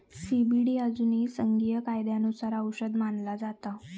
CBD अजूनही संघीय कायद्यानुसार औषध मानला जाता